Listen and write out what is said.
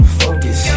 focus